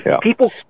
People